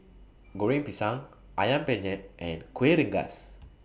Goreng Pisang Ayam Penyet and Kueh Rengas